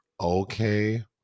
okay